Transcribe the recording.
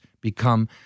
become